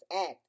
act